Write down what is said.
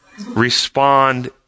respond